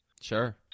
Sure